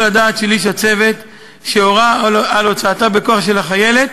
הדעת של איש הצוות שהורה על הוצאתה בכוח של החיילת,